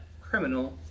criminal